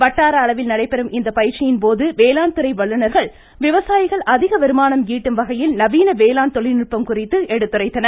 வட்டார அளவில் நடைபெறும் இந்த பயிற்சியின் போது வேளாண்துறை வல்லுனா்கள் விவசாயிகள் அதிக வருமானம் ஈட்டும் வகையில் நவீன வேளாண் தொழில்நுட்பம் குறித்து எடுத்துரைத்தனர்